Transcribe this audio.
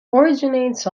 originates